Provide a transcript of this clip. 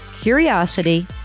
Curiosity